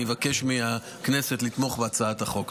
אני מבקש מהכנסת לתמוך בהצעת החוק.